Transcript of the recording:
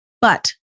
But-